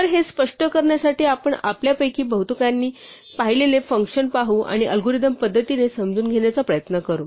तर हे स्पष्ट करण्यासाठी आपण आपल्यापैकी बहुतेकांनी पाहिलेले फ़ंक्शन पाहू आणि अल्गोरिदम पद्धतीने समजून घेण्याचा प्रयत्न करू